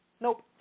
nope